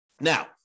Now